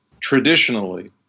traditionally